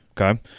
Okay